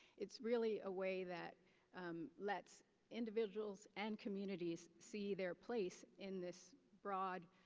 it's really a way that lets individuals and communities see their place in this broad